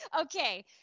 okay